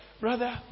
Brother